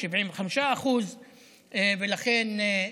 75%. ולכן,